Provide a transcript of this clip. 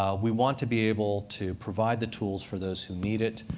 um we want to be able to provide the tools for those who need it,